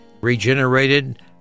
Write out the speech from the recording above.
regenerated